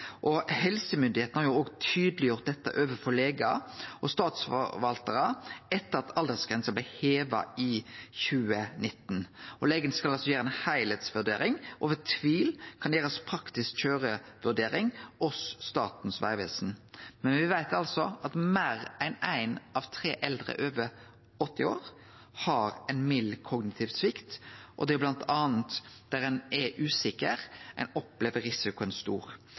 og helsemyndigheitene har òg tydeleggjort dette overfor legar og statsforvaltarar etter at aldersgrensa blei heva i 2019. Legen skal altså gjere ei heilskapleg vurdering, og ved tvil kan det gjerast praktisk køyrevurdering hos Statens vegvesen. Men me veit altså at meir enn ein av tre eldre over 80 år har ein mild kognitiv svikt, og det er bl.a. der ein er usikker, at en opplever risikoen som stor.